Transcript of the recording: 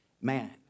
Man